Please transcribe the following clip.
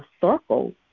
circle